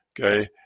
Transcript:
Okay